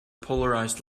polarized